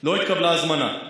לא התקבלה הזמנה.